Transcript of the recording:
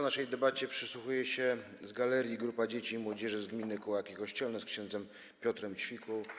Naszej debacie przysłuchuje się z galerii grupa dzieci i młodzieży z gminy Kołaki Kościelne z ks. Piotrem Ćwikłą.